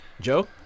Joe